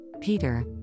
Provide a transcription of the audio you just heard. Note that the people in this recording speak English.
Peter